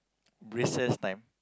recess time